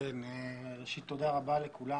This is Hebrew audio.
תודה רבה לכולם.